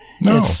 No